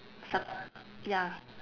subs~ ya